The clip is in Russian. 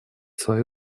свои